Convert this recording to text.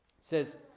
says